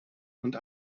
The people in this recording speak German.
und